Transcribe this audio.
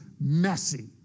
messy